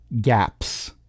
gaps